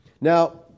Now